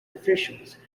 officials